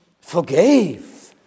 forgave